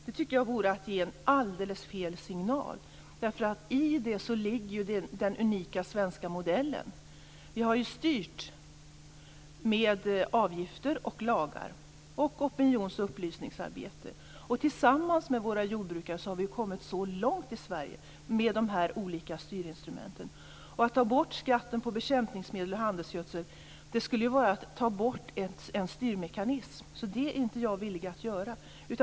Jag tycker att det vore att ge alldeles fel signal. I det ligger ju den unika svenska modellen. Vi har ju styrt med avgifter och lagar och genom opinions och upplysningsarbete. Tillsammans med våra jordbrukare har vi ju kommit så långt i Sverige med de här olika styrinstrumenten. Att ta bort skatten på bekämpningsmedel och handelsgödsel skulle ju vara att ta bort en styrmekanism. Det är jag inte villig att göra.